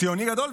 ציוני גדול,